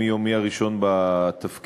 מיומי הראשון בתפקיד,